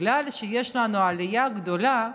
בגלל שיש לנו עלייה גדולה,